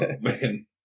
man